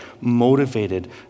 motivated